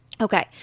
Okay